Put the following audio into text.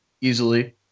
easily